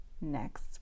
next